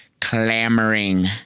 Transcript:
clamoring